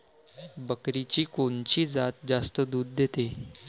बकरीची कोनची जात जास्त दूध देते?